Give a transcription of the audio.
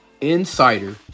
insider